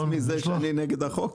חוץ מזה שאני נגד החוק.